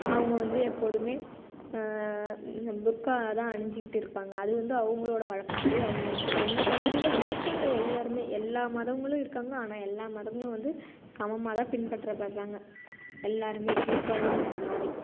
அவங்க வந்து எப்போதுமே இந்த புர்கா தான் அணிஞ்சிக்கிட்டு இருப்பாங்க அது வந்து அவங்களோட வழக்கப்படி அவங்க விருப்பம் எங்கள் பகுதியில இருக்காங்க எல்லோருமே எல்லாம் மதங்களும் இருக்காங்க ஆனால் எல்லாம் மதங்களும் வந்து சமமாகதான் பின்பற்றப்படுறாங்க எல்லோருமே ஈக்வல்ன்கிற மாதிரி